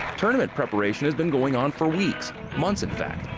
tournament preparation has been going on for weeks months, in fact.